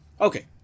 Okay